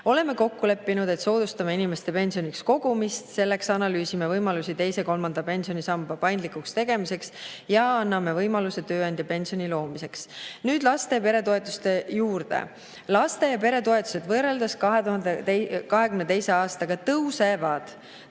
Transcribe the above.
Oleme kokku leppinud, et soodustame inimeste pensionieaks kogumist. Selleks analüüsime võimalusi teise ja kolmanda pensionisamba paindlikuks tegemiseks ja anname võimaluse tööandjapensioni loomiseks. Nüüd laste‑ ja peretoetuste juurde. Laste‑ ja peretoetused võrreldes 2022. aastaga tõusevad.